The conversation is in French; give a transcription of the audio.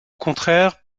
contraire